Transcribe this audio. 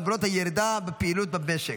למרות הירידה בפעילות במשק.